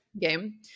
Game